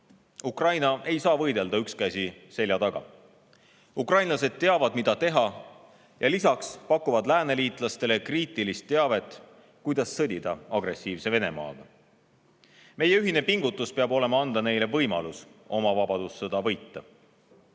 Ukraina aga ei saa võidelda, üks käsi selja taga. Ukrainlased teavad, mida teha, ja lisaks pakuvad nad lääneliitlastele kriitilise tähtsusega teavet, kuidas sõdida agressiivse Venemaaga. Meie ühine pingutus peab olema anda neile võimalus oma vabadussõda võita.